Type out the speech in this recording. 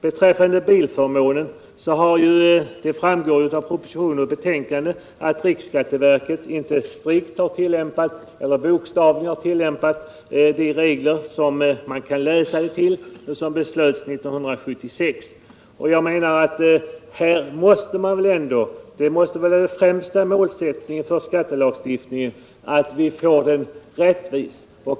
Beträffande bilförmånen framgår det av propositionen och betänkandet att riksskatteverket inte bokstavligt har tillämpat de regler som beslöts 1976. Beträffande skattelagstiftning anser jag att den främsta målsättningen måste vara att den är rättvis.